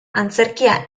antzerkia